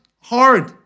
hard